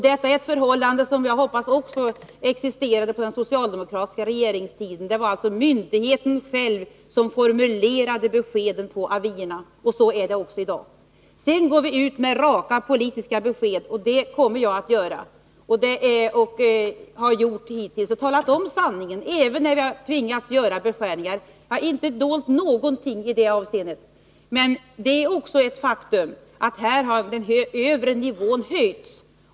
Detta förhållande hoppas jag existerade också på den socialdemokratiska regeringens tid. Det var alltså myndigheten själv som formulerade beskeden på avierna, och så är det även i dag. Sedan vill jag framhålla att vi går ut med raka politiska besked. Det har jag hittills gjort, och det kommer jag att göra. Jag har sagt sanningen, även när vi tvingats göra beskärningar. Jag har inte dolt någonting i det avseendet. Men faktum i det här fallet är också att den övre nivån har höjts.